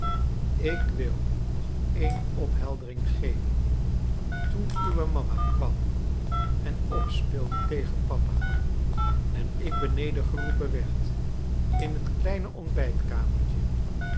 ik wil nog een opheldering geven toen uwe mama kwam en opspeelde tegen papa en ik beneden geroepen werd in het kleine